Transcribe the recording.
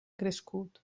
crescut